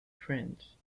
friends